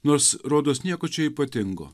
nors rodos nieko čia ypatingo